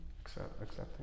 accepting